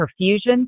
perfusion